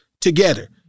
together